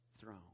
throne